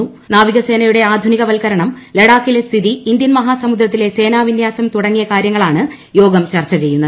വ്യാപനംമൂലം നാവികസേനയുടെ ആധുനികവൽക്കരണം ലഡാക്കിലെ സ്ഥിതി ഇന്ത്യൻ മഹാസമുദ്രത്തിലെ സേനാവിന്യാസം തുടങ്ങിയ കാര്യങ്ങളാണ് യോഗം ചർച്ച ചെയ്യുന്നത്